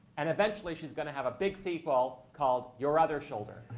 and eventually she's going to have a big sequel called your other shoulder.